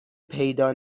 پیدا